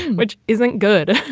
which isn't good.